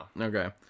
Okay